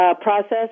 process